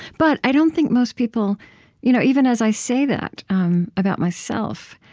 but i don't think most people you know even as i say that about myself,